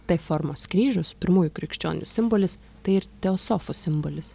t formos kryžius pirmųjų krikščionių simbolis tai ir teosofų simbolis